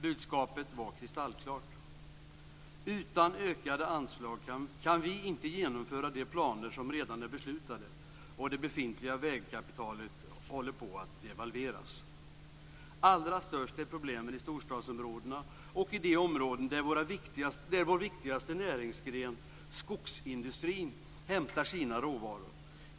Budskapet var kristallklart: Utan ökade anslag kan vi inte genomföra de planer som redan är beslutade, och det befintliga vägkapitalet håller på att devalveras. Allra störst är problemen i storstadsområdena och i de områden där vår viktigaste näringsgren, skogsindustrin, hämtar sina råvaror.